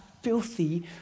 filthy